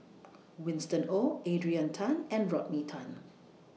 Winston Oh Adrian Tan and Rodney Tan